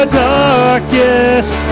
darkest